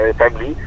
family